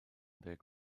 ddeg